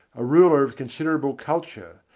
a ruler of considerable culture,